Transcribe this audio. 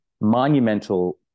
monumental